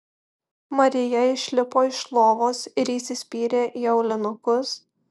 marija išlipo iš lovos ir įsispyrė į aulinukus